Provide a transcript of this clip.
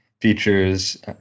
features